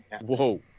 Whoa